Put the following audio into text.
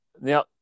now